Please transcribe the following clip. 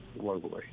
globally